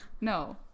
No